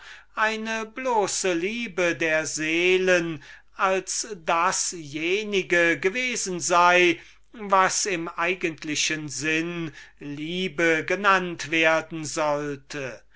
eine bloße liebe der seelen als dasjenige gewesen sei was im eigentlichen sinn liebe genennt werden sollte